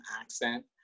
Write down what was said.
accent